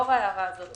לאור ההערה הזאת,